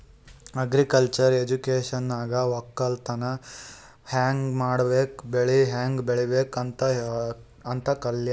agriculture ಎಜುಕೇಶನ್ದಾಗ್ ವಕ್ಕಲತನ್ ಹ್ಯಾಂಗ್ ಮಾಡ್ಬೇಕ್ ಬೆಳಿ ಹ್ಯಾಂಗ್ ಬೆಳಿಬೇಕ್ ಅಂತ್ ಕಲ್ಯಾದು